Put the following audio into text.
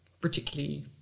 particularly